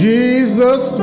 Jesus